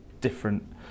different